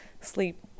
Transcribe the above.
sleep